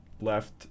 left